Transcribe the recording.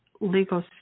legal